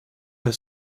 her